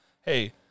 hey